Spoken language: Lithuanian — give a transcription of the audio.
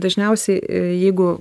dažniausiai jeigu